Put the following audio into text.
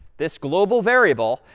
this global variable,